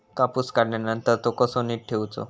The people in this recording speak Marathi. कापूस काढल्यानंतर तो कसो नीट ठेवूचो?